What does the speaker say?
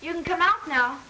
you can come out now